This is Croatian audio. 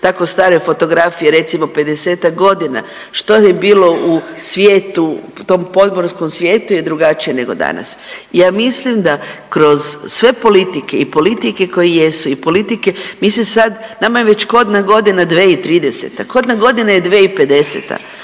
tako stare fotografije, recimo 50-tak godina, što je bilo u svijetu, u tom podmorskom svijetu je drugačije nego danas. I ja mislim da kroz sve politike i politike koje jesu i politike, mi se sad, nama je već kodna godina 2030., kodna godina je 2050.,